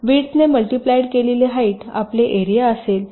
तरविड्थ ने मल्टिप्लाइड केलेली हाईट आपले एरिया असेल